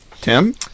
Tim